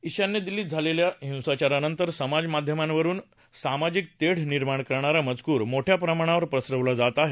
ईशान्य दिल्लीत झालेल्या हिंसाचारानंतर समाजमाध्यमांवरून सामाजिक तेढ निर्माण करणारा मजकूर मोठ्या प्रमाणावर पसरवला जात आहे